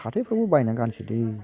हाथाइफ्रावबो बायनानै गानसैलै